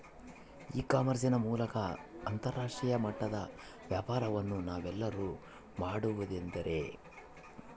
E commerce ನ ಮೂಲಕ ಅಂತರಾಷ್ಟ್ರೇಯ ಮಟ್ಟದ ವ್ಯಾಪಾರವನ್ನು ನಾವೆಲ್ಲರೂ ಮಾಡುವುದೆಂದರೆ?